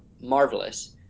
marvelous